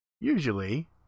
usually